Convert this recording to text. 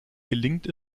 gelingt